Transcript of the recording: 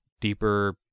deeper